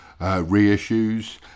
reissues